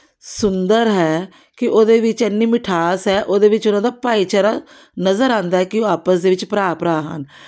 ਸੁੰਦਰ ਹੈ ਕਿ ਉਹਦੇ ਵਿੱਚ ਇੰਨੀ ਮਿਠਾਸ ਹੈ ਉਹਦੇ ਵਿੱਚ ਉਹਨਾਂ ਦਾ ਭਾਈਚਾਰਾ ਨਜ਼ਰ ਆਉਂਦਾ ਕਿ ਉਹ ਆਪਸ ਦੇ ਵਿੱਚ ਭਰਾ ਭਰਾ ਹਨ